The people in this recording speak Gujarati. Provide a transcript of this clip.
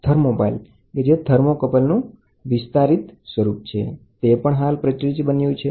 થર્મોપાઈલ્સ કે જે થર્મોકપલનું વિસ્તારીત સ્વરૂપ છે તે હાલ પ્રચલિત બન્યું છે